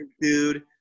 Dude